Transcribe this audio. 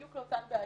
בדיוק לאותן בעיות.